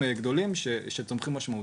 אבל אנחנו כבר במספרים גדולים שצומחים משמעותית.